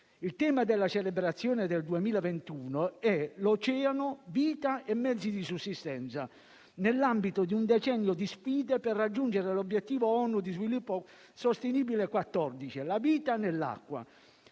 Il tema della celebrazione del 2021 è «L'oceano: vita e mezzi di sussistenza», nell'ambito di un decennio di sfide per raggiungere l'obiettivo ONU di sviluppo sostenibile 14, «La vita sott'acqua»,